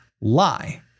lie